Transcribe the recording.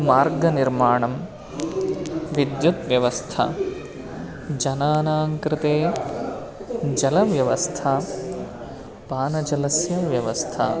मार्गनिर्माणं विद्युत्व्यवस्था जनानां कृते जलव्यवस्था पानजलस्य व्यवस्था